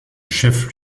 chef